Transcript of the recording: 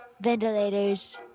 ventilators